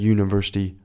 University